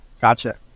Gotcha